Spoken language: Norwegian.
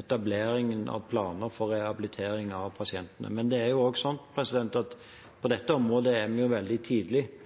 etablering av planer for rehabilitering av disse pasientene. Men på dette området er det fortsatt veldig tidlig med hensyn til å ha kunnskap om hva som er behovene og erfaringene. Dette er også noe jeg tror vi